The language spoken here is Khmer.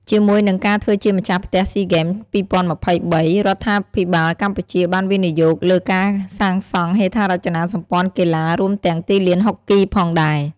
ជាមួយនឹងការធ្វើជាម្ចាស់ផ្ទះស៊ីហ្គេម ២០២៣ រដ្ឋាភិបាលកម្ពុជាបានវិនិយោគលើការសាងសង់ហេដ្ឋារចនាសម្ព័ន្ធកីឡា រួមទាំងទីលានហុកគីផងដែរ។